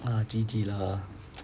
ah G_G lah